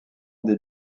des